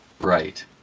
Right